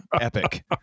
epic